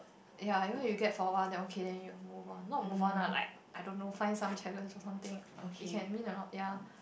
ya I know you get for a while then okay then you move on not move on lah like I don't know find some challenge or something you can mean a lot ya